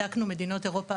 בדקנו מדינות באירופה,